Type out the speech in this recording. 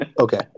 okay